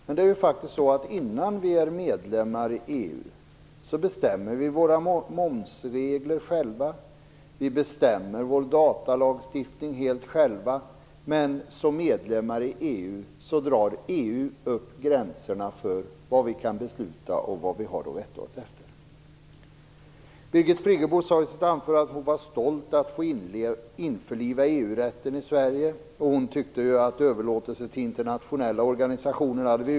Men innan vi är medlemmar i EU bestämmer vi våra momsregler och vår datalagstiftning helt själva. Som medlemmar i EU drar EU upp gränser för vad vi kan besluta och vad vi har att rätta oss efter. Birgit Friggebo sade i sitt anförande att hon var stolt över att få införliva EU-rätten i Sverige. Hon tyckte att vi redan förut hade gjort överlåtelser till internationella organisationer.